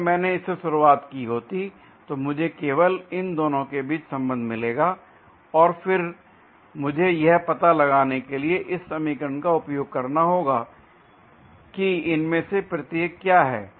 अगर मैंने इससे शुरुआत की होती तो मुझे केवल इन दोनों के बीच संबंध मिलेगा और फिर मुझे यह पता लगाने के लिए इस समीकरण का उपयोग करना होगा कि कि इनमें से प्रत्येक क्या है